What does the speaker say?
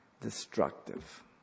destructive